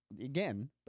again